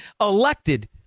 elected